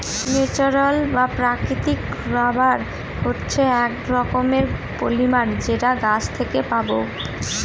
natural বা প্রাকৃতিক rubber হচ্ছে এক রকমের পলিমার যেটা গাছ থেকে পাবো